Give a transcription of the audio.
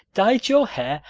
dyed your hair!